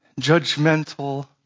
judgmental